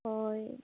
হয়